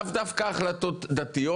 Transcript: לאו דווקא החלטות דתיות,